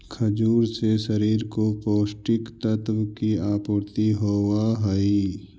खजूर से शरीर को पौष्टिक तत्वों की आपूर्ति होवअ हई